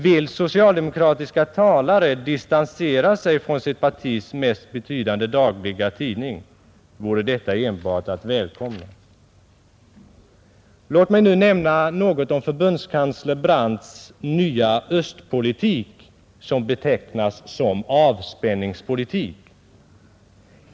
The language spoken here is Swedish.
Vill socialdemokratiska talare distansera sig från sitt partis mest betydande dagliga tidning, vore detta enbart att välkomna, Låt mig nu nämna något om förbundskansler Brandts ”nya östpolitik” som betecknas som avspänningspolitik.